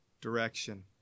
direction